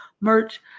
merch